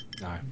No